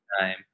time